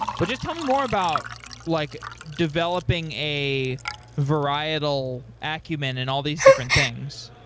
but just tell more about like developing a varietal acumen and all these different things.